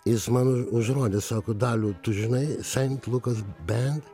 jis man u užrodė sako daliau tu žinai san lucas band